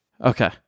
Okay